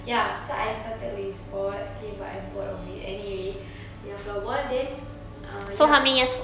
ya so I started with sports okay but I bored of it anyway ya floorball then ah ya